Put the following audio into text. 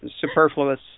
superfluous